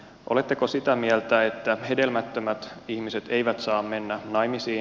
oletteko sitä mieltä että hedelmättömät ihmiset eivät saa mennä naimisiin